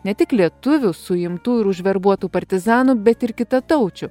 ne tik lietuvių suimtų ir užverbuotų partizanų bet ir kitataučių